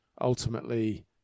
ultimately